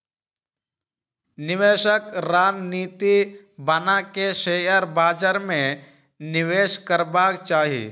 निवेशक रणनीति बना के शेयर बाजार में निवेश करबाक चाही